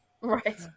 Right